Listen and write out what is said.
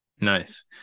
Nice